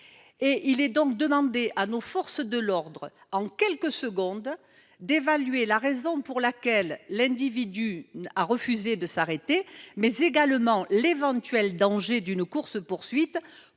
il est donc demandé à nos forces de l’ordre d’évaluer en quelques secondes la raison pour laquelle l’individu a refusé de s’arrêter, mais également l’éventuel danger d’une course poursuite